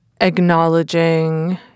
acknowledging